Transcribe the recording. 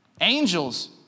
Angels